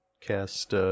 cast